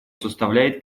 составляет